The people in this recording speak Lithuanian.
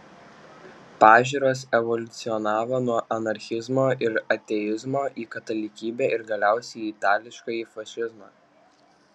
pažiūros evoliucionavo nuo anarchizmo ir ateizmo į katalikybę ir galiausiai į itališkąjį fašizmą